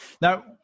Now